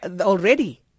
already